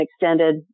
extended